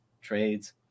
Trades